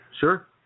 Sure